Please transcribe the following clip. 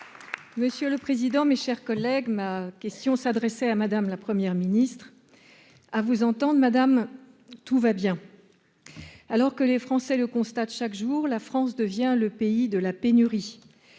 Monsieur le président, mes chers collègues, ma question s'adressait à Madame la première ministre ah vous entende madame tout va bien, alors que les Français le constatent chaque jour la France devient le pays de la pénurie,